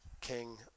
king